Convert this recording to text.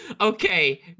Okay